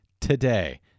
today